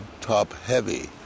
top-heavy